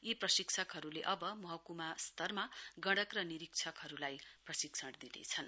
यी प्रशिक्षकहरूले अब महकुमा स्तरमा गणक र निरीक्षणहरूलाई प्रशिक्षण दिनेछन्